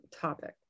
topic